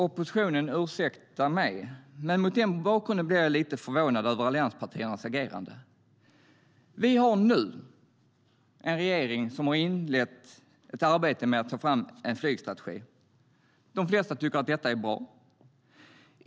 Oppositionen får ursäkta mig, men mot den bakgrunden blir jag lite förvånad över allianspartiernas agerande. Vi har nu en regering som har inlett ett arbete med att ta fram en flygstrategi. De flesta tycker att det är bra.